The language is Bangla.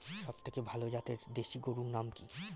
সবথেকে ভালো জাতের দেশি গরুর নাম কি?